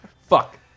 fuck